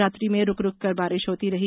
रात्रि में रुक रुककर बारिश होती रही